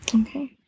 Okay